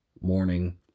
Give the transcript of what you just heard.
morning